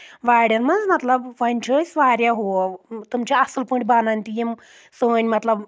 وارؠن منٛز مطلب وۄنۍ چھِ أسۍ واریاہو تِم چھِ اَصٕل پٲٹھۍ بنان تہِ یِم سٲنۍ مطلب